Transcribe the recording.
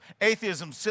atheism